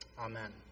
Amen